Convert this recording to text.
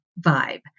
vibe